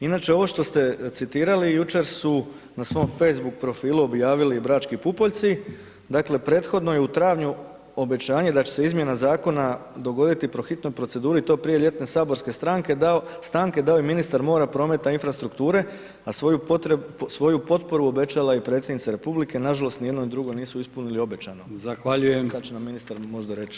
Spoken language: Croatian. Inače ovo što ste citirali, jučer su na svom Facebook profilu objavili Brački pupoljci, dakle prethodno je u travnju obećanje da će se izmjena zakona dogoditi po hitnoj proceduri i to prije ljetne saborske stanke dao je ministar mora, prometa i infrastrukture a svoju potporu obećala je Predsjednica Republike, nažalost, nijedno ni drugo nisu ispunili obećano, sad će nam ministar možda reći.